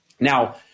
Now